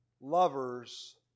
lovers